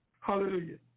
Hallelujah